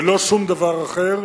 ולא שום דבר אחר.